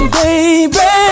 baby